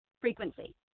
frequency